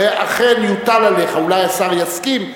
אולי השר יסכים,